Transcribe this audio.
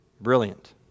Brilliant